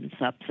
subsets